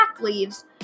leaves